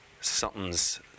Something's